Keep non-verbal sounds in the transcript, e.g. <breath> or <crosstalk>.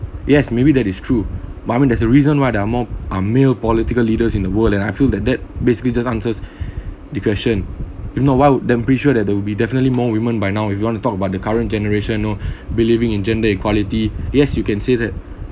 yes maybe that is true but I mean there's a reason why there are more uh male political leaders in the world and I feel that that basically just answered <breath> the question if not why that be sure that there will be definitely more women by now if you want to talk about the current generation you know <breath> believing in gender equality yes you can say that